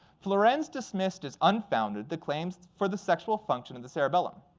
fluorens dismissed as unfounded the claims for the sexual function in the cerebellum.